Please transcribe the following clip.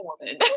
woman